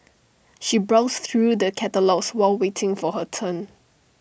she browsed through the catalogues while waiting for her turn